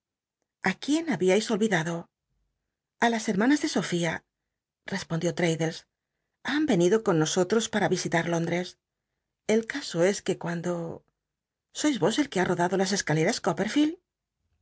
a quién babcis ol'idado a las hermanas de sofía re pondió j'raddlcs han enido con noso tros para isit u í j ondrcs el caso es que cuando sois ros el que ha rodado las escaleras